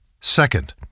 Second